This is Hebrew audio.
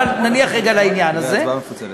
אבל נניח רגע לעניין הזה.